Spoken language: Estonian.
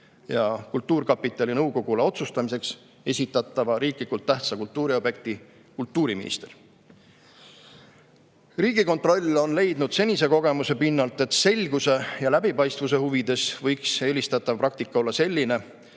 ja kultuurkapitali nõukogule otsustamiseks esitatava riiklikult tähtsa kultuuriobjekti kultuuriminister. Riigikontroll on leidnud senise kogemuse pinnalt, et selguse ja läbipaistvuse huvides võiks eelistatav praktika olla selline,